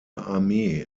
armee